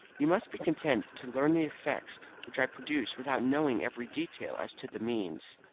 you must be content to learn the effects which i produce without knowing every detail as to the means.